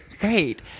Great